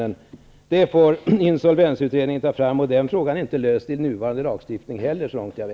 Den frågan får insolvensutredningen studera eftersom frågan, såvitt jag vet, inte heller är löst i nuvarande lagstiftning.